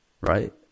right